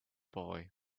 boy